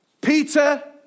Peter